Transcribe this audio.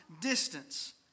distance